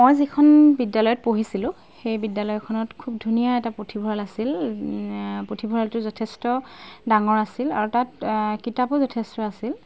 মই যিখন বিদ্যালয়ত পঢ়িছিলোঁ সেই বিদ্যালয়খনত খুব ধুনীয়া এটা পুথিভঁৰাল আছিল পুথিভঁৰালটো যথেষ্ট ডাঙৰ আছিল আৰু তাত কিতাপো যথেষ্ট আছিল